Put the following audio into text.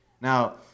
Now